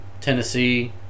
Tennessee